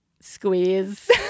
Squeeze